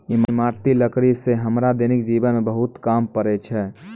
इमारती लकड़ी सें हमरा दैनिक जीवन म बहुत काम पड़ै छै